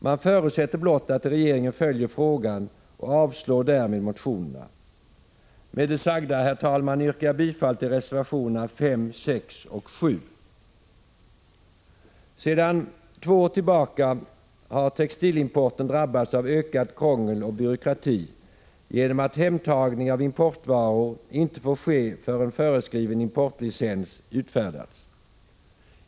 Man förutsätter blott att regeringen följer frågan och avstyrker därmed motionerna. Med det sagda yrkar jag bifall till reservationerna 5, 6 och 7. Sedan två år tillbaka har textilimporten drabbats av ökat krångel och ökad byråkrati genom att hemtagning av importvaror inte får ske förrän föreskriven importlicens utfärdats.